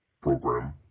program